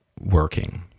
working